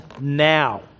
now